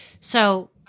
so-